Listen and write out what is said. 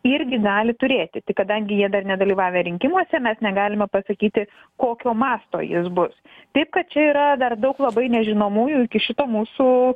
irgi gali turėti tai kadangi jie dar nedalyvavę rinkimuose mes negalime pasakyti kokio masto jis bus taip kad čia yra dar daug labai nežinomųjų iki šito mūsų